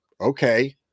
Okay